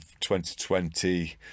2020